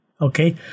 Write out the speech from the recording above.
Okay